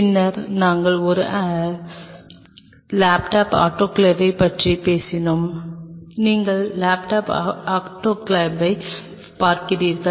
பின்னர் நாங்கள் ஒரு டேப்லெட் ஆட்டோகிளேவைப் பற்றி பேசினோம் நீங்கள் டேப்லொப் ஆட்டோகிளேவைப் பார்க்கிறீர்கள்